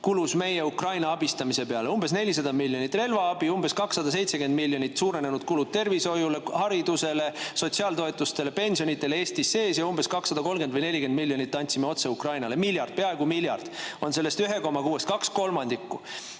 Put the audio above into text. kulus meil Ukraina abistamise peale: umbes 400 miljonit relvaabi, umbes 270 miljonit on Eestis sees suurenenud kulud tervishoiule, haridusele, sotsiaaltoetustele, pensionidele ja 230 või 240 miljonit andsime otse Ukrainale. Miljard, peaaegu miljard, on sellest 1,6-st kaks kolmandikku.